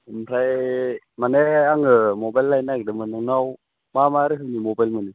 ओमफ्राय माने आङो मबाइल लायनो नागिरदोंमोन नोंनाव मा मा रोखोमनि मबाइल मोनो